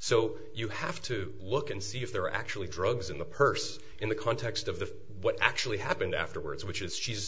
so you have to look and see if there are actually drugs in the purse in the context of the what actually happened afterwards which is